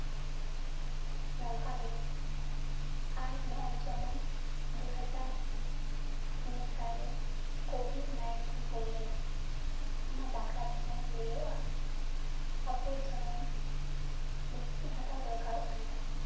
ᱱᱚᱝᱠᱟ ᱜᱮ ᱟᱨ ᱱᱚᱜᱼᱚᱭ ᱡᱮᱢᱚᱱ ᱫᱩ ᱦᱟᱡᱟᱨ ᱢᱮᱥᱟ ᱨᱮ ᱠᱳᱵᱷᱤᱰ ᱱᱟᱭᱤᱱᱴᱤᱱ ᱦᱩᱭ ᱞᱮᱱᱟ ᱚᱱᱟ ᱵᱟᱠᱷᱨᱟ ᱛᱮᱦᱚᱸ ᱞᱟᱹᱭᱚᱜᱼᱟ ᱟᱵᱚ ᱡᱮᱢᱚᱱ ᱵᱷᱮᱠᱥᱤᱱ ᱦᱟᱛᱟᱣ ᱫᱚᱨᱠᱟᱨᱚᱜ ᱠᱟᱱ ᱛᱟᱦᱮᱸᱫ